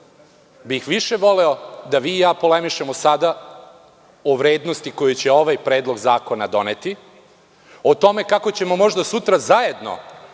bih više voleo da vi i ja polemišemo sada o vrednosti koju će ovaj predlog zakona doneti, o tome kako ćemo možda sutra zajedno